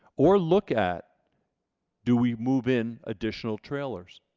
or look at do we move in additional trailers,